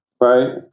right